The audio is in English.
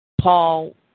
Paul